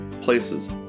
places